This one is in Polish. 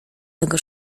tego